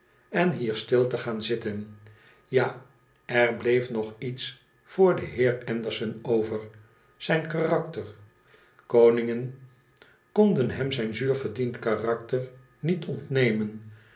en hier stil te gaan zitten ja er bleef nog iets voor den heer anderson over zijn karakter koningen konden hem zijn zuur verdiend karakter niet ontnemen